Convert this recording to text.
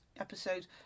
episode